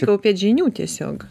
kaupiat žinių tiesiog